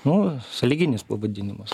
nu sąlyginis pavadinimas